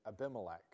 Abimelech